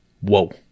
Whoa